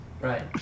Right